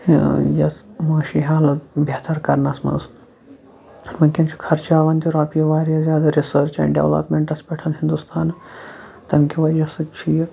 ٲں یۄس معاشی حالت بہتر کَرنَس منٛز وُنٛکیٚن چھُ خَرچاوان تہِ رۄپیہِ واریاہ زیادٕ رِیسرٕچ اینٛڈ ڈیٚولَپمیٚنٹَس پٮ۪ٹھ ہنٛدوستان تَمہِ کہِ وَجہ سۭتۍ چھُ یہِ